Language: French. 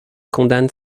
condamne